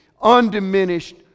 undiminished